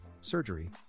Surgery